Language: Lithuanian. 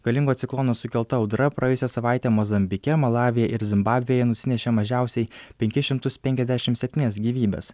galingo ciklono sukelta audra praėjusią savaitę mozambike malavyje ir zimbabvėje nusinešė mažiausiai penkis šimtus penkiasdešimt septynias gyvybes